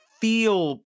feel